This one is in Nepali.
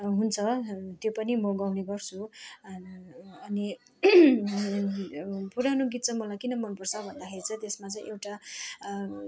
हुन्छ त्यो पनि म गाउने गर्छु अनि अनि पुरानो गीत चाहिँ मलाई किन मनपर्छ भन्दाखेरि चाहिँ त्यसमा चाहिँ एउटा